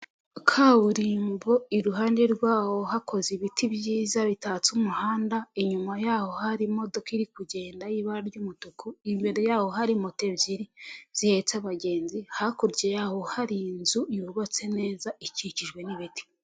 Kaburimbo iruhande rwaho hakoze ibiti byiza bitatse umuhanda, inyuma yaho hari imodoka iri kugenda y'ibara ry'umutuku, imbere yaho hari moto ebyiri zihetse abagenzi, hakurya yaho hari inzu yubatse neza ikikijwe n'ibiti.